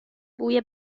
بوی